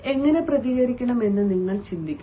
എങ്ങനെ പ്രതികരിക്കണമെന്ന് നിങ്ങൾ ചിന്തിക്കണം